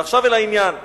עכשיו, אל העניין,